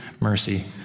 mercy